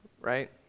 right